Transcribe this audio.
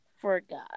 forgot